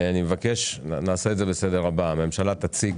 נעשה את זה בסדר הבא: הממשלה תציג